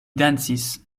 dancis